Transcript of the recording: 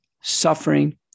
suffering